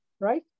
right